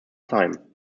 time